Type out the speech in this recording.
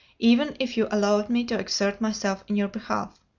even if you allowed me to exert myself in your behalf.